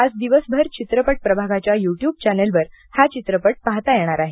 आज दिवसभर चित्रपट प्रभागाच्या यू ट्यूब चॅनलवर हा चित्रपट पाहता येणार आहे